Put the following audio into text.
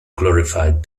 glorified